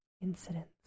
incidents